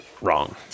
wrong